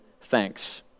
thanks